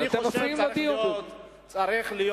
אני חושב שצריכה להיות